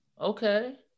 okay